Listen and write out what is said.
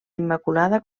immaculada